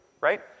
right